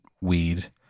weed